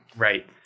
Right